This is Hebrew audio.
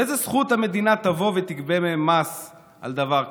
באיזו זכות המדינה תבוא ותגבה מהם מס על דבר כזה?